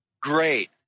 great